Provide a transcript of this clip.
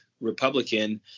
Republican